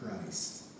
Christ